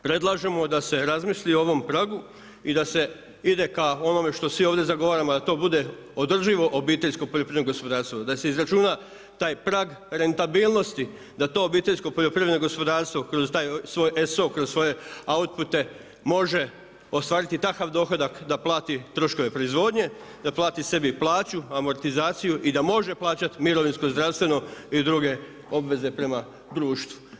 Predlažemo da se razmisli o ovom pragu i da se ide k onome što svi ovdje zagovaramo da to bude održivo obiteljsko poljoprivredno gospodarstvo, da se izračuna taj prag rentabilnosti da to obiteljsko poljoprivredno gospodarstvo kroz taj svoj ESO, kroz svoje outpute može ostvariti takav dohodak da plati troškove proizvodnje, da plati sebi plaću, amortizaciju i da može plaćati mirovinsko i zdravstveno i druge obveze prema društvu.